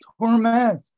torment